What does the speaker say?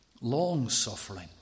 long-suffering